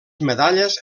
medalles